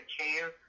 care